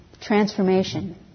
transformation